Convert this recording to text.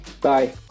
Bye